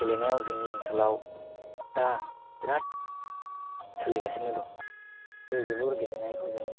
गेलेनायाव जोंनि ओनसोलाव दा बिरात सोलिगासिनो दं बे जोलुर गेलेनायखौ जों